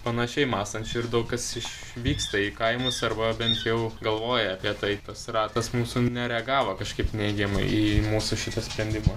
panašiai mąstančių ir daug kas išvyksta į kaimus arba bent jau galvoja apie tai tas ratas mūsų nereagavo kažkaip neigiamai į mūsų šitą sprendimą